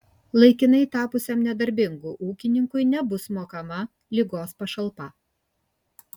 laikinai tapusiam nedarbingu ūkininkui nebus mokama ligos pašalpa